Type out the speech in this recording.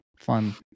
Fun